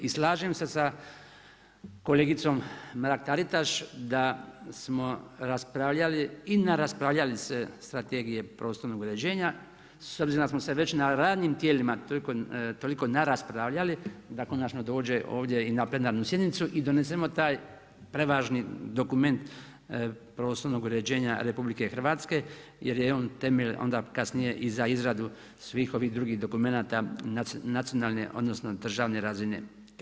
I slažem se sa kolegicom Mrak-Taritaš, da smo raspravljali i narasprvljali se strategije prostornog uređenja, s obzirom da smo se već na radnim tijelima toliko naraspravljali da konačno dođe ovdje i na plenarnu sjednicu i donesemo taj prevažni dokument prostornog uređenja RH, jer je on temelj onda kasnije i za izradu svih ovih drugih dokumenata nacionalne, odnosno državne razine.